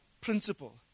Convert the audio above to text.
principle